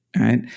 Right